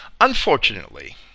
Unfortunately